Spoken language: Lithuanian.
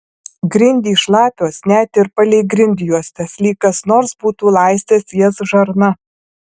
grindys šlapios net ir palei grindjuostes lyg kas nors būtų laistęs jas žarna